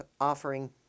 offering